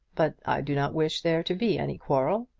but i do not wish there to be any quarrel.